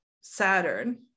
saturn